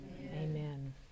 Amen